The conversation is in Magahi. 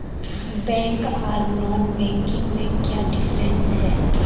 बैंक आर नॉन बैंकिंग में क्याँ डिफरेंस है?